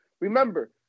Remember